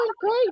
great